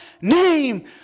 name